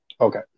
Okay